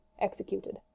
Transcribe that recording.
executed